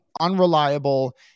unreliable